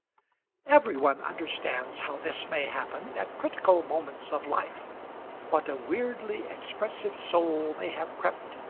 every one understands how this may happen at critical moments of life what a weirdly expressive soul may have crept,